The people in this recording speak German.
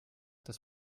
dass